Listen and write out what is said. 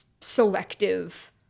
selective